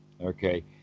okay